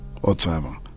whatsoever